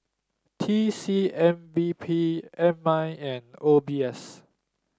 T C M B P M I and O B S